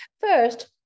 First